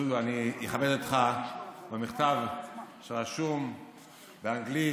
דודו, אני אכבד במכתב שרשום באנגלית,